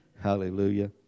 Hallelujah